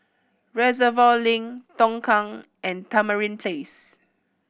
Reservoir Link Tongkang and Tamarind Place